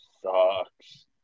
sucks